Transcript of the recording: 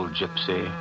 gypsy